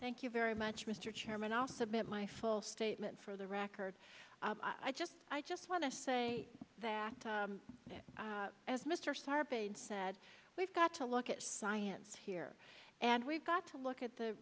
thank you very much mr chairman i'll submit my full statement for the record i just i just want to say that as mr sarbanes said we've got to look at science here and we've got to look at the